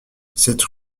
cette